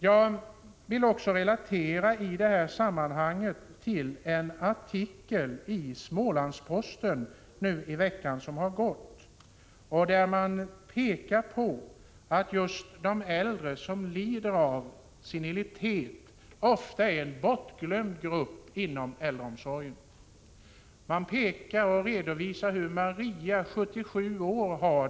Jag vill i detta sammanhang också relatera till en artikel i Smålandsposten nyligen, där man pekar på just att de äldre som lider av senilitet ofta är en bortglömd grupp inom äldreomsorgen. Man redovisar vilken livssituation Maria, 77 år, har.